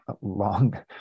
long